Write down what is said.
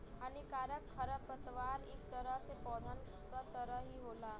हानिकारक खरपतवार इक तरह से पौधन क तरह ही होला